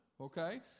okay